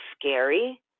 scary